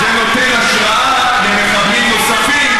כשזה נותן השראה למחבלים נוספים,